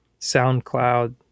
SoundCloud